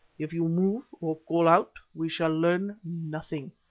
if you move or call out we shall learn nothing.